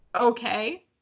okay